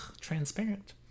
transparent